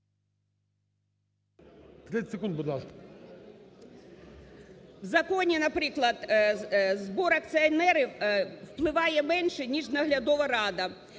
В законі, наприклад, збори акціонерів впливають менше, ніж наглядова рада.